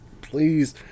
please